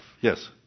Yes